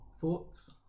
thoughts